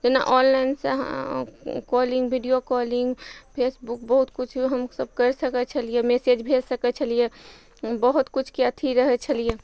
जेना ऑनलाइनसँ calling video calling Facebook बहुत किछु हमसब करि सकय छलियै मैसेज भेज सकय छलियै बहुत किछुके अथी रहय छलियै